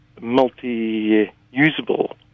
multi-usable